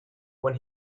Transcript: when